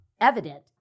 evident